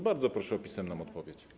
Bardzo proszę o pisemną odpowiedź.